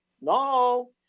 No